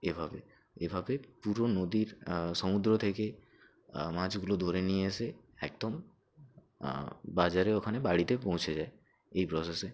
এভাবে এভাবে পুরো নদীর সমুদ্র থেকে মাছগুলো ধরে নিয়ে এসে একদম বাজারে ওখানে বাড়িতে পৌঁছে যায় এই প্রসেসে